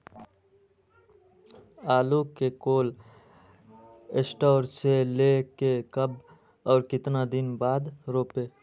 आलु को cold storage से ले के कब और कितना दिन बाद रोपे?